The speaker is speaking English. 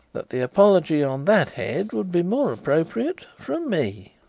that the apology on that head would be more appropriate from me.